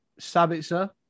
Sabitzer